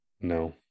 No